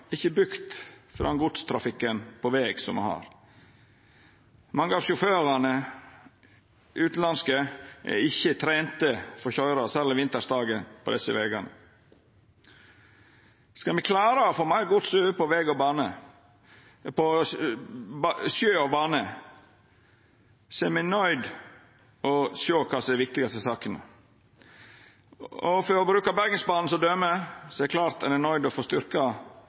ikkje bygde for den godstrafikken me har i dag. Mange av dei utanlandske sjåførane er ikkje trente for å køyra på desse vegane – særleg på vinterdagar. Skal me klara å få meir gods over på sjø og bane, er me nøydde til å sjå kva som er dei viktigaste sakene. For å bruka Bergensbanen som døme: Det er klart ein er nøydd til å styrkja regulariteten, ein må ha lengre kryssingsspor, og ein må få